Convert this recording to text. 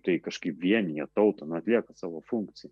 tai kažkaip vienija tautą na atlieka savo funkciją